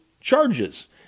charges